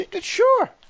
Sure